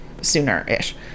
sooner-ish